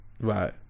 Right